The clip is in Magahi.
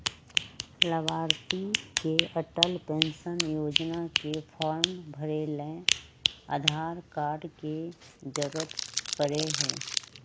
लाभार्थी के अटल पेन्शन योजना के फार्म भरे ला आधार कार्ड के जरूरत पड़ा हई